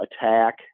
attack